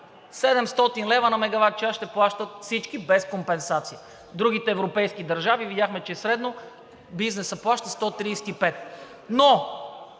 700 лв. на мегаватчас ще плащат всички без компенсация. В другите европейски държави видяхме, че средно бизнесът плаща 135. Но